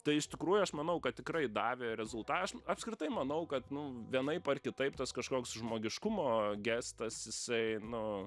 tai iš tikrųjų aš manau kad tikrai davė rezulta aš apskritai manau kad nu vienaip ar kitaip tas kažkoks žmogiškumo gestas jisai nu